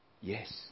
Yes